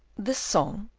this song,